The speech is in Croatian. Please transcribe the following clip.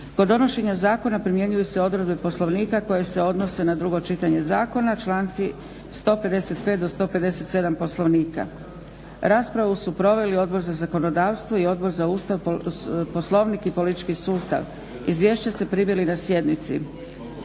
Kod donošenja zakona primjenjuju se odredbe Poslovnika koje se odnose na drugo čitanje zakona, članci 155. do 157. Poslovnika. Raspravu su proveli Odbor za zakonodavstvo i Odbor za Ustav, Poslovnik i politički sustav. Izvješća ste primili na sjednici.